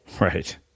Right